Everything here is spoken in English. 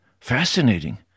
fascinating